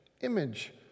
image